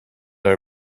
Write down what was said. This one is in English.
are